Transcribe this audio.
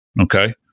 Okay